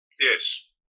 Yes